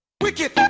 wicked